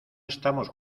estamos